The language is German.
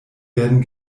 werden